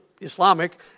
Islamic